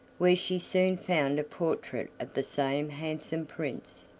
where she soon found a portrait of the same handsome prince,